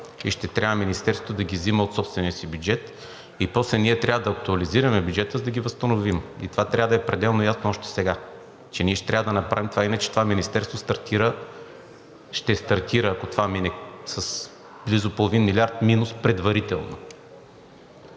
и ще трябва Министерството да ги взима от собствения си бюджет, и после ние трябва да актуализираме бюджета, за да ги възстановим. И това трябва да е пределно ясно още сега, че ние ще трябва да направим това, иначе това министерство ще стартира, ако това мине, с близо половин милиард минус предварително.